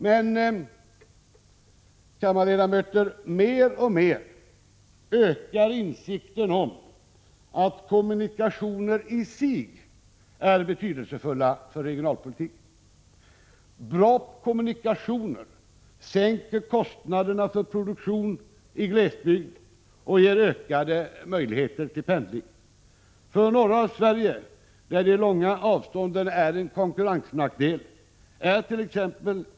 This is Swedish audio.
Men, kammarledamöter, mer och mer ökar insikten om att kommunikationer i sig är betydelsefulla för regionalpolitiken. Bra kommunikationer sänker kostnaderna för produktion i glesbygd och ger ökade möjligheter till pendling. För norra Sverige där de långa avstånden är en konkurrensnackdel är tt.ex.